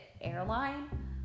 airline